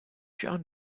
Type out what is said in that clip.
john